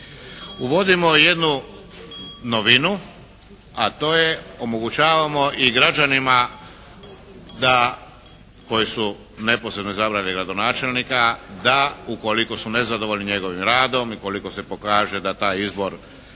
Uvodimo jednu novinu, a to je omogućavamo i građanima da, koji su neposrednoj zabrani gradonačelnika da ukoliko su nezadovoljni njegovim radom i ukoliko se pokaže da taj izvoz baš